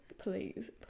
please